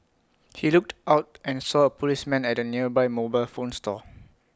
he looked out and saw policemen at the nearby mobile phone store